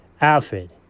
Alfred